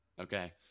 okay